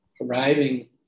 arriving